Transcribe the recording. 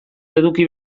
eduki